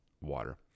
water